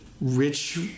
rich